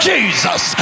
Jesus